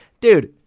dude